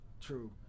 True